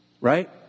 right